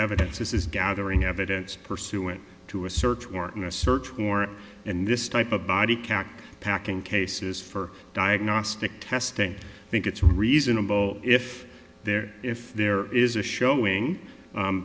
evidence this is gathering evidence pursuant to a search warrant a search warrant and this type of body count packing cases for diagnostic testing i think it's reasonable if there if there is a showing